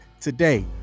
today